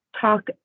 talk